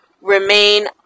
remain